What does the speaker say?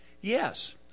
Yes